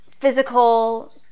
physical